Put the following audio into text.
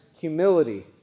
humility